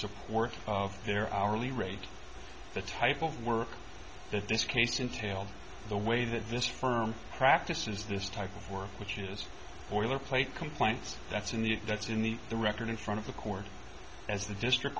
support of their hourly rate the type of work that this case entailed the way that this firm practices this type of work which is boilerplate complaints that's in the that's in the the record in front of the court as the district